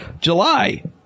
July